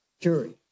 jury